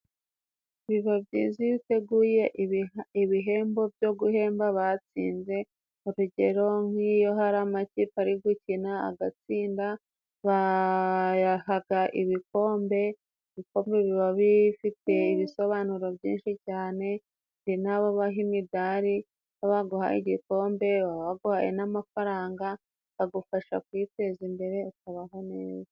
Biba byiza iyo uteguye ibihembo byo guhemba abatsinze. Urugero, nk'iyo hari amakipe ari gukina agatsinda, bayahaga ibikombe. Ibikombe biba bifite ibisobanuro byinshi cyane. Hari nabo baha imidari. Iyo baguhaye igikombe, baba baguye n'amafaranga agufasha kwiteza imbere ukabaho neza.